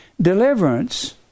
Deliverance